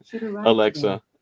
Alexa